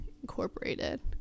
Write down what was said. incorporated